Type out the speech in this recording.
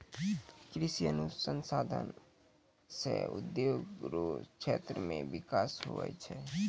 कृषि अनुसंधान से उद्योग रो क्षेत्र मे बिकास हुवै छै